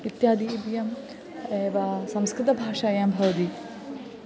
इत्यादयः इतीयम् एव संस्कृतभाषायां भवति